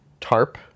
tarp